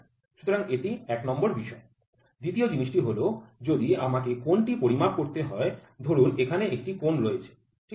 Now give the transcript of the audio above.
সুতরাং এটি ১ নম্বর বিষয় দ্বিতীয় জিনিসটি হল যদি আমাকে কোণটি পরিমাপ করতে হয় ধরুন এখানে একটি কোণ রয়েছে ঠিক আছে